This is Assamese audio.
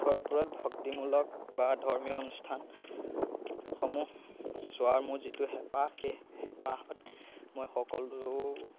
মুঠৰ ওপৰত ভক্তিমূলক বা ধৰ্মীয় অনুষ্ঠানসমূহ চোৱাৰ মোৰ যিটো হেঁপাহ সেই হেঁপাহত মই সকলো